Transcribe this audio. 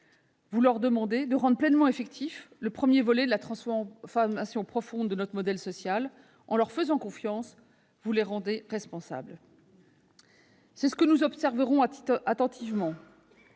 Vous leur demandez de rendre pleinement effectif le premier volet de la transformation profonde de notre modèle social. En leur faisant confiance, vous les rendez responsables. C'est ce que nous observerons attentivement